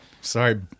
Sorry